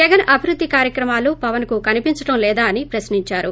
జగన్ అభివృద్ది కార్యక్రమాలు పవన్కు కనిపించడంలేదాఅని ప్రశ్నించారు